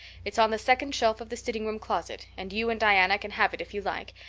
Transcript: it's on the second shelf of the sitting-room closet and you and diana can have it if you like,